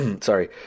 Sorry